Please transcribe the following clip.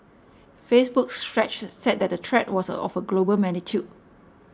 Facebook's Stretch said the threat was of a global magnitude